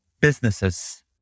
businesses